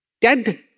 dead